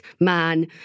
man